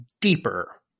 deeper